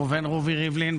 ראובן רבי ריבלין,